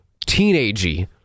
teenagey